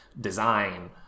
design